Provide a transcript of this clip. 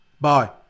bye